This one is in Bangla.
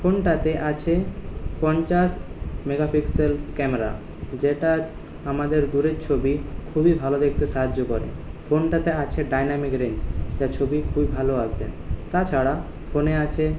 ফোনটাতে আছে পঞ্চাশ মেগাপিক্সেলস ক্যামেরা যেটা আমাদের দূরের ছবি খুবই ভালো দেখতে সাহায্য করে ফোনটাতে আছে ডায়নামিক রেঞ্জ যা ছবি খুবই ভালো আসে তাছাড়া ফোনে আছে